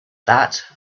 that